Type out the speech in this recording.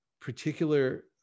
particular